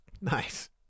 nice